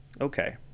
Okay